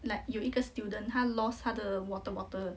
like 有一个 student lost 他的 water bottle